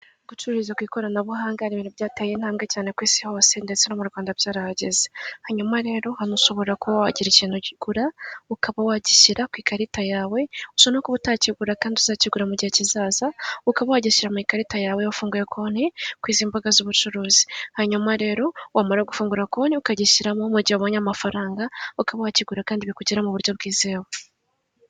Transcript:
Ahangaha biragaragara ko ushobora gutunga apurikasiyo ya ekwiti banki muri telefoni, maze ukajya uyifashisha mu bikorwa ushaka gukoresha konti yawe haba kohereza amafaranga, kubitsa, kubikuza n'ibindi.